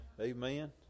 amen